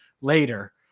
later